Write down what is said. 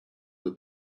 that